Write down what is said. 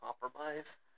compromise